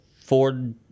Ford